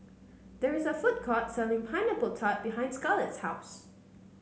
there is a food court selling Pineapple Tart behind Scarlett's house